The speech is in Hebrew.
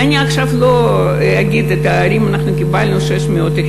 עכשיו לא אמנה את הערים,